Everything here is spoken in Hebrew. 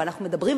אבל אנחנו מדברים,